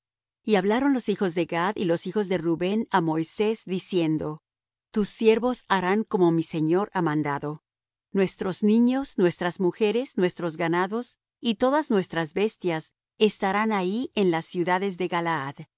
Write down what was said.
y hablaron los hijos de gad y los hijos de rubén á moisés diciendo tus siervos harán como mi señor ha mandado nuestros niños nuestras mujeres nuestros ganados y todas nuestras bestias estarán ahí en las ciudades de galaad